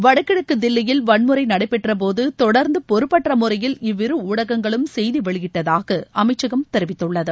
வடகிழக்கு தில்லியில் வன்முறை நடைபெற்ற போது தொடர்ந்து பொறுப்பற்ற முறையில் இவ்விரு ஊடகங்களும் செய்தி வெளியிட்டதாக அமைச்சகம் தெரிவித்துள்ளது